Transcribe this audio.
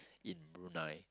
in Brunei